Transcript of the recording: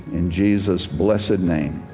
in jesus' blessed name,